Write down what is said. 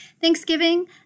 Thanksgiving